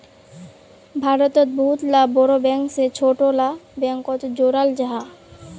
भारतोत बहुत ला बोड़ो बैंक से छोटो ला बैंकोक जोड़ाल जाहा